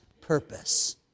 purpose